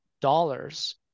dollars